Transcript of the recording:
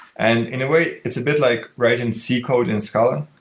and in a way it's a bit like writing c code in scala.